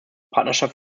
partnerschaft